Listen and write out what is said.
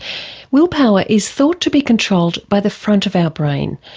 willpower is thought to be controlled by the front of our brain,